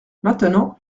maintenant